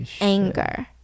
anger